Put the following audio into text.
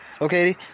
Okay